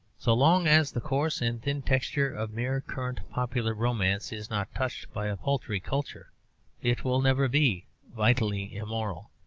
so long as the coarse and thin texture of mere current popular romance is not touched by a paltry culture it will never be vitally immoral.